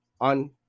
on